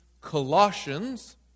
Colossians